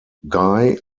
guy